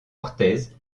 orthez